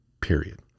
period